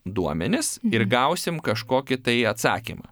duomenis ir gausim kažkokį tai atsakymą